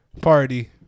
party